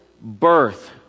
birth